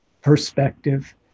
perspective